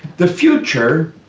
the future,